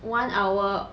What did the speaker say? one hour